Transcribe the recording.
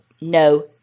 No